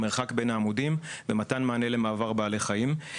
המרחק בין העמודים ומתן מענה למעבר בעלי חיים.